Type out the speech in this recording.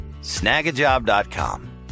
Snagajob.com